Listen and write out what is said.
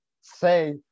say